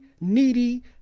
needy